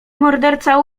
morderca